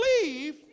believe